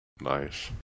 Nice